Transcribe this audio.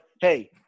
hey